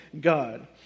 God